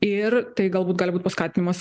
ir tai galbūt gali būt paskatinimas